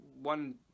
one